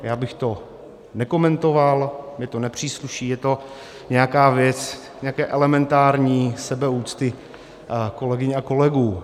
Já bych to nekomentoval, mně to nepřísluší, je to nějaká věc nějaké elementární sebeúcty kolegyň a kolegů.